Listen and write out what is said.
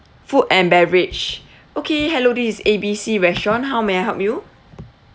food and beverage okay hello this is A B C restaurant how may I help you